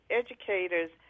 educators